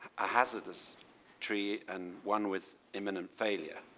a hazardous tree and one with imminent failure.